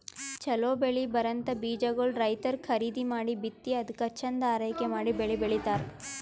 ಛಲೋ ಬೆಳಿ ಬರಂಥ ಬೀಜಾಗೋಳ್ ರೈತರ್ ಖರೀದಿ ಮಾಡಿ ಬಿತ್ತಿ ಅದ್ಕ ಚಂದ್ ಆರೈಕೆ ಮಾಡಿ ಬೆಳಿ ಬೆಳಿತಾರ್